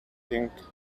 think